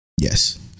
Yes